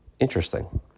Interesting